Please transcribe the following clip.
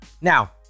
Now